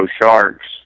sharks